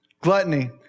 Gluttony